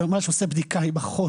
שממש עושה בדיקה עם אחות,